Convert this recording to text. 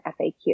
FAQ